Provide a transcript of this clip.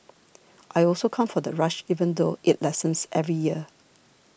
I also come for the rush even though it lessens every year